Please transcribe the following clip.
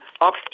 up